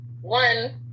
one